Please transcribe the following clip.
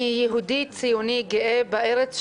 "אני יהודי ציוני גאה בארץ שלי,